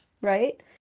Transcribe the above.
right